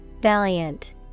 Valiant